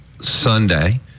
Sunday